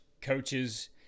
coaches